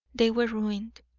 they were ruined,